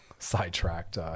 sidetracked